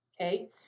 okay